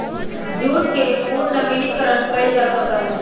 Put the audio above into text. jute के पुनर्नवीनीकरण कइल जा सका हई